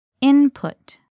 Input